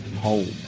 home